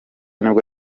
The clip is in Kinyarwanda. nibwo